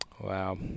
wow